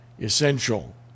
essential